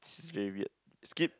this is very weird skip